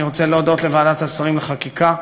אני רוצה להודות לוועדת השרים לחקיקה,